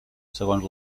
segons